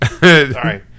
Sorry